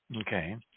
okay